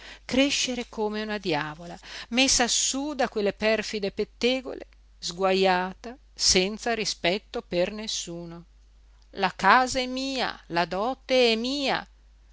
crescere come una diavola messa sú da quelle perfide pettegole sguajata senza rispetto per nessuno la casa è mia la dote è mia